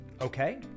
Okay